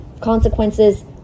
consequences